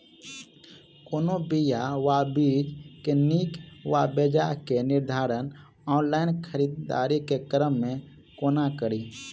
कोनों बीया वा बीज केँ नीक वा बेजाय केँ निर्धारण ऑनलाइन खरीददारी केँ क्रम मे कोना कड़ी?